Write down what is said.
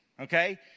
Okay